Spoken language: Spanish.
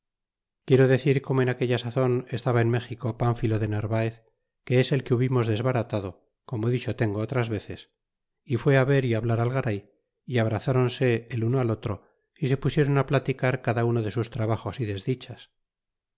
quiero decir corno en aquella sazon estaba en méxico pánfilo de nanaez que es el que hubimos desbaratado como dicho tengo otras veces y fué ve r y hablar al garay y abrazronse el uno al otro y se pusiéron platicar cada uno de sus trabajos y desdichas